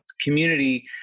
community